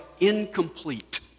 incomplete